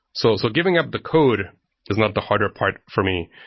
so so giving up the code is not the harder part for me.